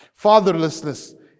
Fatherlessness